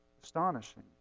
astonishing